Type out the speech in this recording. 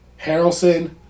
Harrelson